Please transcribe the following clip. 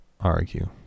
argue